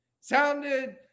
sounded